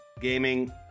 Gaming